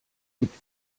gibt